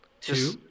Two